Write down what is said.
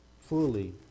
fully